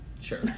sure